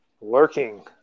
lurking